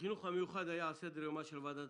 החינוך המיוחד היה על סדר יומה של ועדת